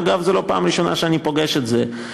אגב, זו לא פעם ראשונה שאני פוגש את זה.